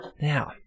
Now